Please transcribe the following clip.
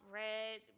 red